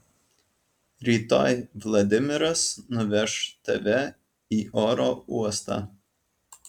rytoj vladimiras nuveš tave į oro uostą